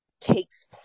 takes